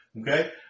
Okay